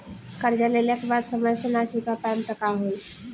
कर्जा लेला के बाद समय से ना चुका पाएम त का होई?